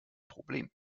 problem